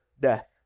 death